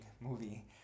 movie